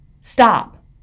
Stop